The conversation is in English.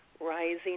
rising